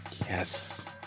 Yes